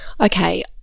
Okay